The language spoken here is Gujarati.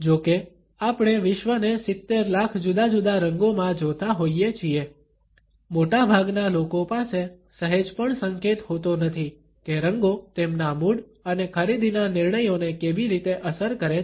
જો કે આપણે વિશ્વને સિતેર લાખ જુદા જુદા રંગોમાં જોતા હોઈએ છીએ મોટાભાગના લોકો પાસે સહેજ પણ સંકેત હોતો નથી કે રંગો તેમના મૂડ અને ખરીદીના નિર્ણયોને કેવી રીતે અસર કરે છે